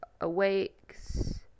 awakes